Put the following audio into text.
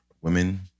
women